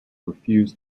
refused